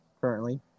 currently